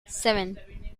seven